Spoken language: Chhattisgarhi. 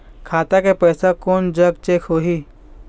खाता के पैसा कोन जग चेक होही?